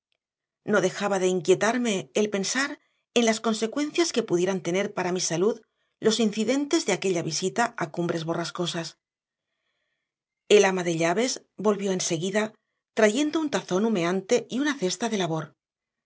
no dejaba de inquietarme el pensar en las consecuencias que pudieran tener para mi salud los incidentes de aquella visita a cumbres borrascosas el ama de llaves volvió enseguida trayendo un tazón humeante y una cesta de labor